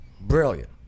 Brilliant